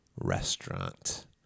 restaurant